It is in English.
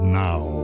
now